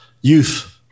youth